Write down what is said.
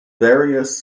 various